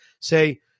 Say